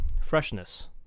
Freshness